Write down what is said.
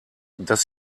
dass